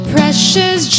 Precious